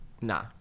Nah